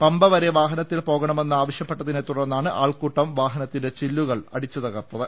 പമ്പുവരെ വാഹനത്തിൽ പോകണമെന്ന് ആവശ്യപ്പെട്ടതി നെ തുടർന്നാണ് ആൾകൂട്ടം വാഹനത്തിന്റെ ചില്ലുകൾ അടിച്ചുതകർത്തത്